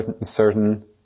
certain